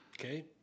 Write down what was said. okay